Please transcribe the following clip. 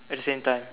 at the same time